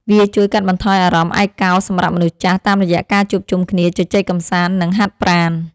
វាជួយកាត់បន្ថយអារម្មណ៍ឯកោសម្រាប់មនុស្សចាស់ តាមរយៈការជួបជុំគ្នាជជែកកម្សាន្ត និងហាត់ប្រាណ។